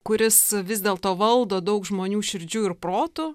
kuris vis dėlto valdo daug žmonių širdžių ir protų